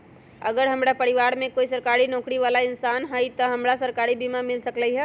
अगर हमरा परिवार में कोई सरकारी नौकरी बाला इंसान हई त हमरा सरकारी बीमा मिल सकलई ह?